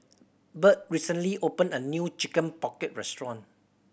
Burt recently opened a new Chicken Pocket restaurant